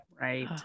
Right